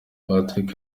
patrick